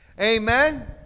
Amen